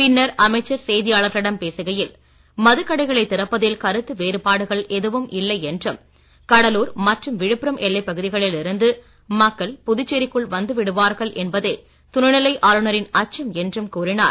பின்னர் அமைச்சர் செய்தியாளர்களிடம் பேசுகையில் மதுக்கடைகளை திறப்பதில் கருத்து வேறுபாடுகள் எதுவும் இல்லை என்றும் கடலூர் மற்றும் விழுப்புரம் எல்லைப் பகுதிகளில் இருந்து மக்கள் புதுச்சேரிக்குள் வந்துவிடுவார்கள் என்பதே துணைநிலை ஆளுநரின் அச்சம் என்றும் கூறினார்